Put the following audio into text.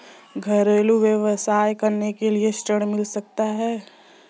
घरेलू व्यवसाय करने के लिए ऋण मिल सकता है?